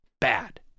bad